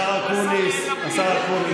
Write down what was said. השר אקוניס, השר אקוניס.